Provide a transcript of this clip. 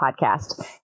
podcast